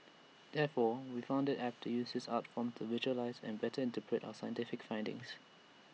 therefore we found IT apt to use this art form to visualise and better interpret our scientific findings